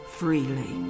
freely